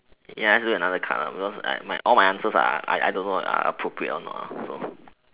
ya let's do another card ah because like all my answers are I don't know are appropriate or not ah so